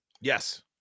Yes